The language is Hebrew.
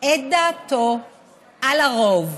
את דעתו על הרוב,